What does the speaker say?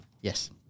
Yes